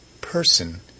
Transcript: person